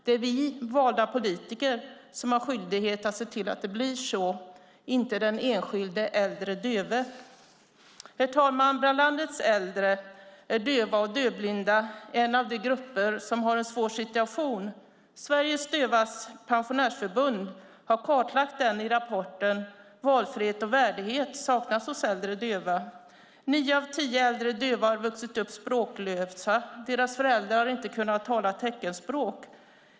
Det är vi valda politiker som har skyldighet att se till att det blir så, inte den enskilde äldre döve. Herr talman! Bland landets äldre är döva och dövblinda en av de grupper som har en svår situation. Sveriges Dövas Pensionärsförbund har kartlagt situationen i rapporten Valfrihet och värdighet saknas hos äldre döva . Nio av tio äldre döva har vuxit upp språklösa. Deras föräldrar har inte talat teckenspråk.